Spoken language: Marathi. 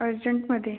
अर्जंटमध्ये